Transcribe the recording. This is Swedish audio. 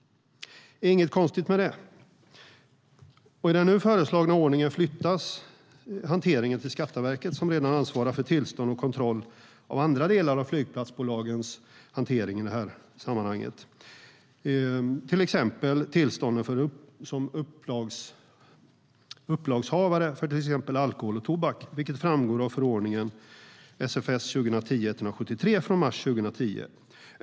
Det är inget konstigt med det. I den nu föreslagna ordningen flyttas hanteringen till Skatteverket, som redan ansvarar för tillstånd och kontroll av andra delar av flygplatsbolagens hantering i sammanhanget, till exempel tillstånden som upplagshavare för alkohol och tobak, vilket framgår av förordningen SFS 2010:173 från mars 2010.